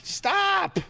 stop